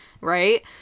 right